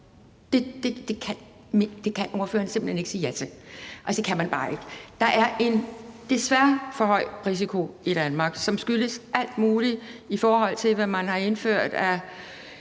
Det kan ordføreren simpelt hen ikke sige ja til; det kan man bare ikke. Der er desværre en for høj risiko i Danmark, som skyldes alt muligt, i forhold til hvad man har indført af